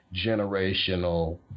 generational